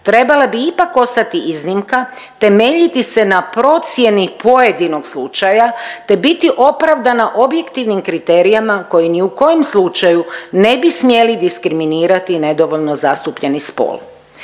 trebala bi ipak ostati iznimka, temeljiti se na procjeni pojedinog slučaja, te biti opravdana objektivnim kriterijima koji ni u kom slučaju ne bi smjeli diskriminirati nedovoljno zastupljeni spol“.